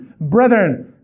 Brethren